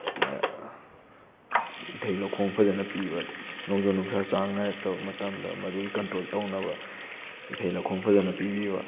ꯏꯊꯩ ꯂꯧꯈꯣꯡ ꯐꯖꯅ ꯄꯤꯕ ꯅꯣꯡꯖꯨ ꯅꯨꯡꯁꯥ ꯆꯥꯡ ꯅꯥꯏꯔꯛꯇꯕ ꯃꯇꯝꯗ ꯃꯗꯨꯒꯤ ꯀꯟꯇ꯭ꯔꯣꯜ ꯇꯧꯅꯕ ꯏꯊꯩ ꯂꯧꯈꯣꯡ ꯐꯖꯅ ꯄꯤꯕꯤꯕ